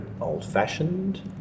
Old-fashioned